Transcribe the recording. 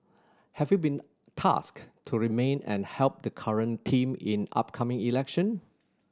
have you been tasked to remain and help the current team in upcoming election